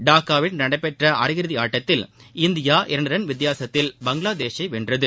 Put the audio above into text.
டாக்காவில் இன்று நடைபெற்ற அரையிறுதி ஆட்டத்தில் இந்தியா இரண்டு ரன் வித்தியாசத்தில் பங்களாதேஷை வென்றது